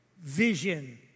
vision